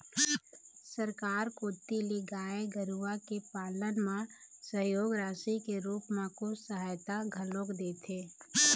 सरकार कोती ले गाय गरुवा के पालन म सहयोग राशि के रुप म कुछ सहायता घलोक देथे